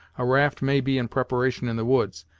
a raft may be in preparation in the woods,